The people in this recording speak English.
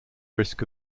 risk